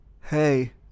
Hey